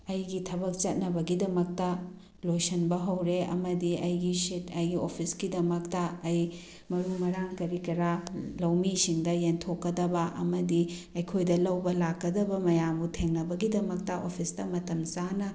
ꯑꯩꯒꯤ ꯊꯕꯛ ꯆꯠꯅꯕꯒꯤꯗꯃꯛꯇ ꯂꯣꯏꯁꯤꯟꯕ ꯍꯧꯔꯦ ꯑꯃꯗꯤ ꯑꯩꯒꯤ ꯁꯤꯠ ꯑꯩꯒꯤ ꯑꯣꯞꯐꯤꯁꯀꯤꯗꯃꯛꯇ ꯑꯩ ꯃꯔꯨ ꯃꯔꯥꯡ ꯀꯔꯤ ꯀꯔꯥ ꯂꯧꯃꯤꯁꯤꯡꯗ ꯌꯦꯟꯊꯣꯛꯀꯗꯕ ꯑꯃꯗꯤ ꯑꯩꯈꯣꯏꯗ ꯂꯧꯕ ꯂꯥꯛꯀꯗꯕ ꯃꯌꯥꯝꯕꯨ ꯊꯦꯡꯅꯕꯒꯤꯗꯃꯛꯇ ꯑꯣꯞꯐꯤꯁꯇ ꯃꯇꯝ ꯆꯥꯅ